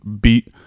beat